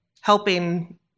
helping